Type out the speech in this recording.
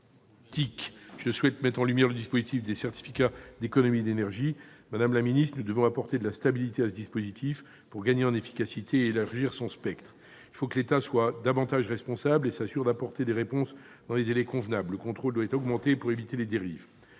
je souhaite mettre en lumière le dispositif des certificats d'économies d'énergie (CEE). Madame la ministre, nous devons rendre ce dispositif plus stable afin de gagner en efficacité et élargir son spectre. Il faut que l'État soit plus responsable et s'assure d'apporter des réponses dans des délais convenables. Le contrôle doit être accru pour éviter les dérives.